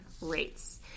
rates